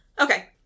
Okay